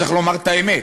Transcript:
וצריך לומר את האמת,